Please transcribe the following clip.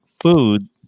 food